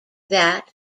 that